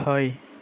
হয়